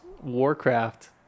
Warcraft